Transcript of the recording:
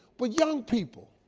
but young people,